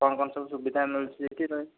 କ'ଣ କ'ଣ ସବୁ ସୁବିଧା ମିଳୁଛି ସେଠି